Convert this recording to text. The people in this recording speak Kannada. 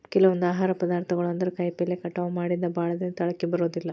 ಕೆಲವೊಂದ ಆಹಾರ ಪದಾರ್ಥಗಳು ಅಂದ್ರ ಕಾಯಿಪಲ್ಲೆ ಕಟಾವ ಮಾಡಿಂದ ಭಾಳದಿನಾ ತಾಳಕಿ ಬರುದಿಲ್ಲಾ